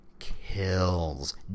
Kills